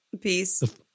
Peace